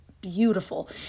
beautiful